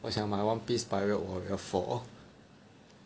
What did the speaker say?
我想买 One Piece Pirate Warrior four